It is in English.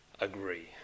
agree